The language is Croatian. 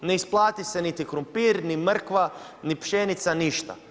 Ne isplati se niti krumpir, ni mrkva, ni pšenica, ništa.